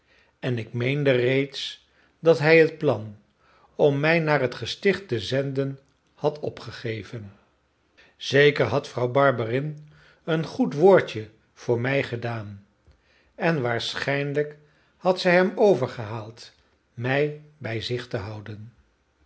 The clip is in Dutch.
en ik meende reeds dat hij het plan om mij naar het gesticht te zenden had opgegeven zeker had vrouw barberin een goed woordje voor mij gedaan en waarschijnlijk had zij hem overgehaald mij bij zich te houden